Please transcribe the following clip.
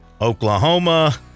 Oklahoma